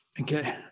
Okay